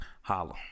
Holla